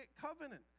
Covenant